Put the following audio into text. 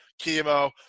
chemo